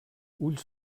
ulls